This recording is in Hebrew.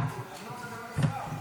לא נעים.